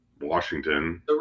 Washington